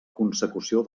consecució